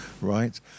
right